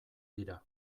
dira